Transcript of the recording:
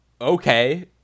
okay